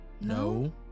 No